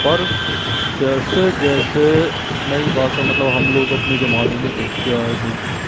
पर जैसे जैसे नई भासा मतलब हम लोग अपने ज़माने में देखते आए हैं